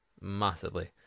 massively